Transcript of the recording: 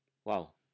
!wow!